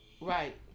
right